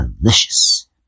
delicious